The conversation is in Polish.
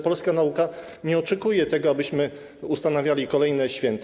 Polska nauka nie oczekuje tego, abyśmy ustanawiali kolejne święto.